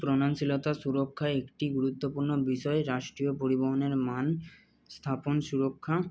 শীলতার সুরক্ষায় একটি গুরত্বপূর্ণ বিষয় রাষ্ট্রীয় পরিবহনের মান স্থাপন সুরক্ষা